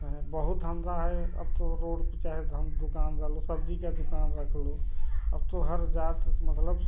बहुत धंधा है अब तो रोड पर चाहे हम दुकान डाल लो सब्जी का दुकान रख लो अब तो हर जात मतलब